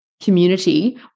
community